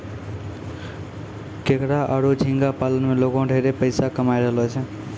केकड़ा आरो झींगा पालन में लोगें ढेरे पइसा कमाय रहलो छै